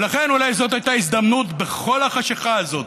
ולכן, אולי זאת הייתה הזדמנות בכל החשכה הזאת,